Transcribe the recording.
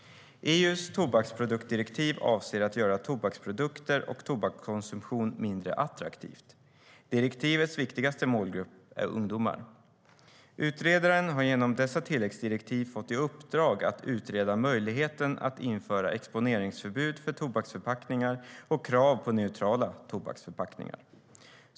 EU:s tobaksproduktdirektiv avser att göra tobaksprodukter och tobakskonsumtion mindre attraktivt. Direktivets viktigaste målgrupp är ungdomar. Utredaren har genom dessa tilläggsdirektiv fått i uppdrag att utreda möjligheten att införa exponeringsförbud för tobaksförpackningar och krav på neutrala tobaksförpackningar.